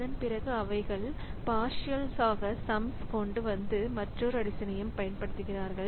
அதன் பிறகு அவைகள் பார்சியல் சம்ஸ் கொண்டு வந்து மற்றொரு அடிசனையும் பயன்படுத்துகிறார்கள்